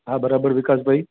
હા બરાબર વિકાસભાઈ